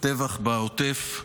הטבח בעוטף,